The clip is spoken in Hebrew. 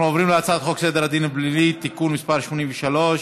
אנחנו עוברים להצעת חוק סדר הדין הפלילי (תיקון מס' 83)